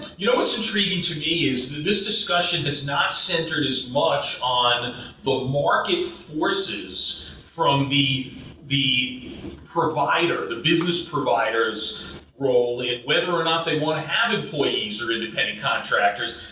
you know what's intriguing to me is, this discussion has not centered as much on the market forces from the the provider, the business provider's role in whether or not they want to have employees or independent contractors,